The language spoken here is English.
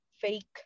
fake